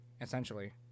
essentially